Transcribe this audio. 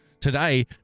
Today